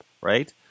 right